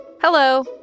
Hello